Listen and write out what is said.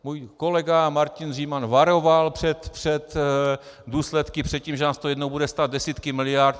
Můj kolega Martin Říman varoval před důsledky, před tím, že nás to jednou bude stát desítky miliard.